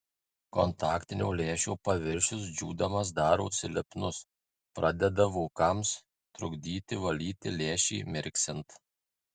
kontaktinio lęšio paviršius džiūdamas darosi lipnus pradeda vokams trukdyti valyti lęšį mirksint